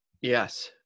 yes